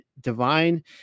divine